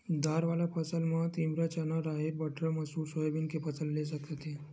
दार वाला फसल म तिंवरा, चना, राहेर, बटरा, मसूर, सोयाबीन के फसल ले सकत हे